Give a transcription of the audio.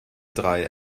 drei